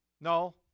No